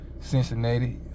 Cincinnati